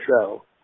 show